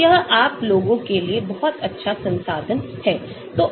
तो यह आप लोगों के लिए बहुत अच्छा संसाधन है